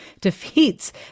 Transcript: defeats